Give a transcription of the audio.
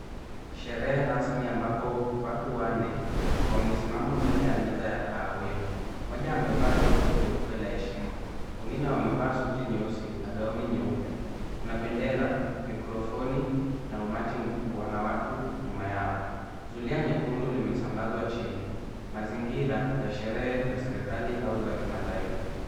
Sherehe rasmi ambapo watu wanne wamesimama mbele ya meza ya kahawia mmoja amevaa joho jeupe la heshima. Wengine wamevaa suti nyeusi na gauni nyeupe. Kuna bendera, mikrofoni na umati mkubwa na watu nyuma yao. Zulia nyekundu limesambazwa chini. Mazingira ya sherehe za serekali au za kimataifa.